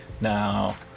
now